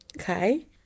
okay